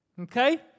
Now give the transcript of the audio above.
Okay